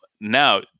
now